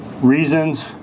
Reasons